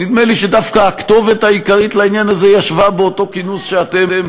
נדמה לי שדווקא הכתובת העיקרית לעניין הזה ישבה באותו כינוס שאתם